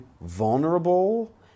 vulnerable